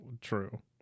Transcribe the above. True